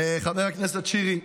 חבר הכנסת שירי,